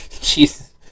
Jesus